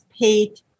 paid